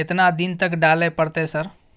केतना दिन तक डालय परतै सर?